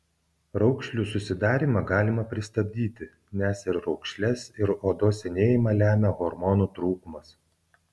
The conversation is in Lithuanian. raukšlių susidarymą galima pristabdyti nes ir raukšles ir odos senėjimą lemia hormonų trūkumas